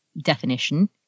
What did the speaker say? definition